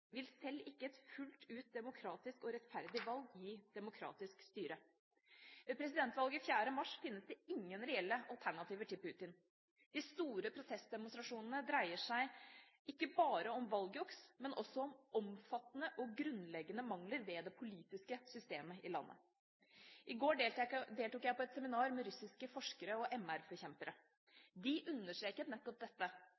vil sjøl ikke et fullt ut demokratisk og rettferdig valg gi demokratisk styre. Ved presidentvalget 4. mars finnes det ingen reelle alternativer til Putin. De store protestdemonstrasjonene dreier seg ikke bare som valgjuks, men også om omfattende og grunnleggende mangler ved det politiske systemet i landet. I går deltok jeg på et seminar med russiske forskere og